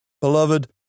beloved